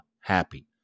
happy